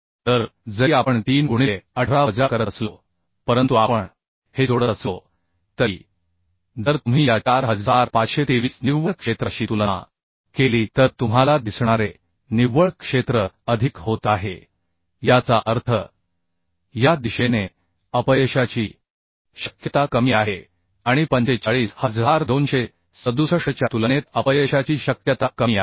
तर जरी आपण 3 गुणिले 18 वजा करत असलो परंतु आपण हे जोडत असलो तरी जर तुम्ही या 4523 निव्वळ क्षेत्राशी तुलना केली तर तुम्हाला दिसणारे निव्वळ क्षेत्र अधिक होत आहे याचा अर्थ या दिशेने अपयशाचीशक्यता कमी आहे आणि 45267 च्या तुलनेत अपयशाची शक्यता कमी आहे